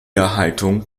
erhaltung